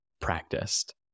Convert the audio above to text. practiced